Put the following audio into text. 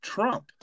Trump